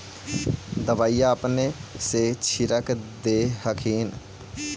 दबइया अपने से छीरक दे हखिन?